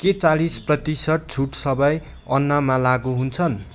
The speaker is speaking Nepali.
के चालिस प्रतिशत छुट सबै अन्नमा लागू हुन्छन्